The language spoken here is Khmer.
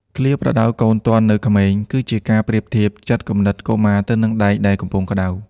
ឃ្លា «ប្រដៅកូនទាន់នៅក្មេង» គឺជាការប្រៀបធៀបចិត្តគំនិតកុមារទៅនឹងដែកដែលកំពុងក្ដៅ។